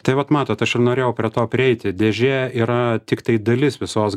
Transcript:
tai vat matot aš ir norėjau prie to prieiti dėžė yra tiktai dalis visos